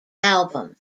album